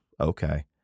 Okay